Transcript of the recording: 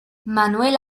manuel